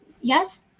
yes